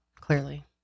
clearly